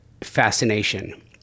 fascination